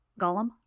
Gollum